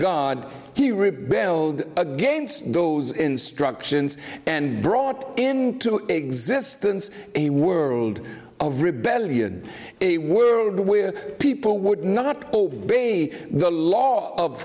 god he rebelled against those instructions and brought into existence a world of rebellion a world where people would not obey the law of